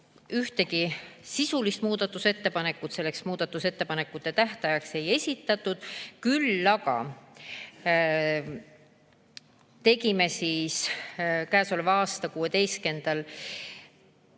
Ühtegi sisulist muudatusettepanekut muudatusettepanekute tähtajaks ei esitatud. Küll aga tegime käesoleva aasta 16-ndal